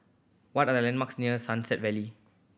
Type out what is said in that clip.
what are the landmarks near Sunset valley